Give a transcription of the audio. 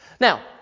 Now